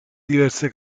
diverse